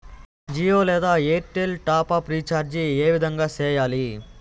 జియో లేదా Airtel top up recharge ఏ విధంగా సేయాలి